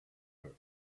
earth